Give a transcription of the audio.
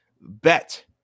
bet